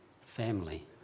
family